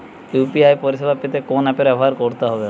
UPI পরিসেবা পেতে কোন অ্যাপ ব্যবহার করতে হবে?